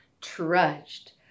trudged